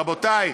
רבותי,